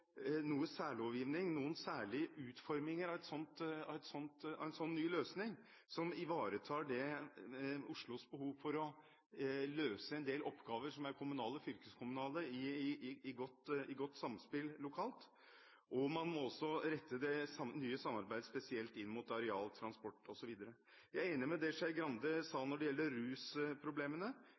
særlovgivning, noen særlige utforminger av en slik ny løsning som ivaretar Oslos behov for å løse en del oppgaver som er kommunale og fylkeskommunale, i godt samspill lokalt. Man må også rette det nye samarbeidet spesielt inn mot areal, transport osv. Jeg er enig i det Skei Grande sa når det gjelder rusproblemene.